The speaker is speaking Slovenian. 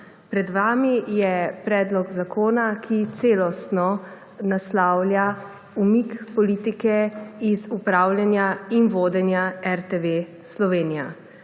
Pred vami je predlog zakona, ki celostno naslavlja umik politike iz upravljanja in vodenja RTV Slovenija.